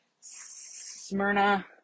Smyrna